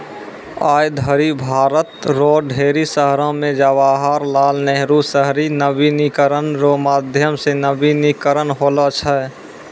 आय धरि भारत रो ढेरी शहरो मे जवाहर लाल नेहरू शहरी नवीनीकरण रो माध्यम से नवीनीकरण होलौ छै